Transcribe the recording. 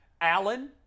Allen